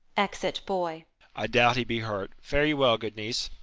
exit boy i doubt he be hurt. fare ye well, good niece.